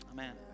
Amen